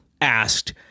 asked